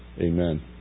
amen